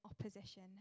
opposition